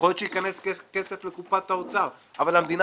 יכול להיות שייכנס כסף לקופת האוצר אבל המדינה